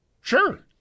Sure